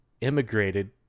immigrated